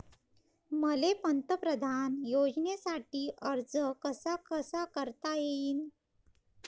मले पंतप्रधान योजनेसाठी अर्ज कसा कसा करता येईन?